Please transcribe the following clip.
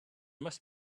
must